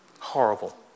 Horrible